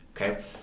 Okay